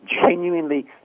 genuinely